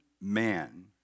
man